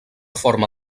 forma